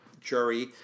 jury